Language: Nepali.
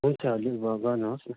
हुन्छ हजुर भ गर्नुहोस् न